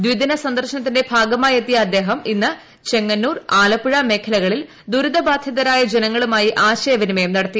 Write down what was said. ദ്ധിദിന സന്ദർശനത്തിന്റെ ഭാഗമായി എത്തിയ അദ്ദേഹം ഇന്ന് ചെങ്ങന്നൂർ ആലപ്പുഴ മേഖലകളിൽ ദുരിത ബാധിതരായ ജനങ്ങളുമായി ആശയവിനിമയം നടത്തി